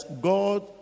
God